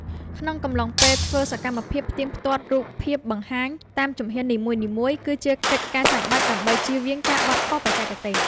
ក្នុងកំឡុងពេលធ្វើ សកម្មភាពផ្ទៀងផ្ទាត់រូបភាពបង្ហាញតាមជំហាននីមួយៗ គឺជាកិច្ចការចាំបាច់ដើម្បីចៀសវាងការបត់ខុសបច្ចេកទេស។